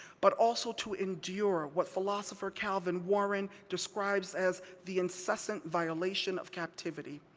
but also to endure what philosopher calvin warren describes as the incessant violation of captivity.